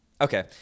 Okay